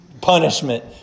punishment